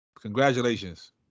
congratulations